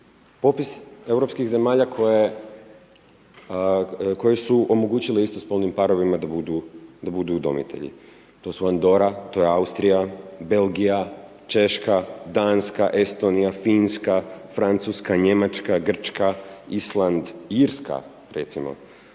popis europskih zemalja koje su omogućile istospolnim parovima da budu udomitelji. To su Andora, to je Austrija, Belgija, Češka, Danska, Estonija, Finska, Francuska, Njemačka, Grčka, Island, Irska recimo,